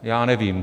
Já nevím.